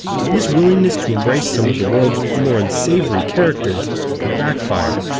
but this willingness to embrace some of the world's more unsavory characters could backfire.